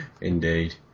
Indeed